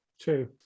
True